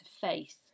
faith